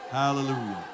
Hallelujah